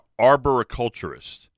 arboriculturist